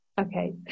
Okay